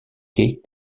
kay